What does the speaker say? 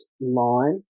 line –